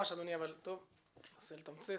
אדוני, נסה לתמצת.